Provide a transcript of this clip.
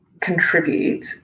contribute